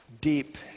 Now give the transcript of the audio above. deep